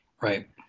Right